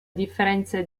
differenza